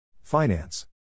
Finance